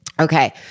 Okay